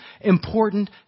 important